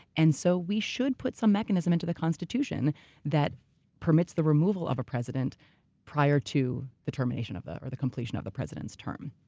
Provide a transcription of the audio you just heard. and so we should put some mechanism into the constitution that permits the removal of a president prior to the termination of, or the completion of the president's term.